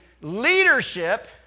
leadership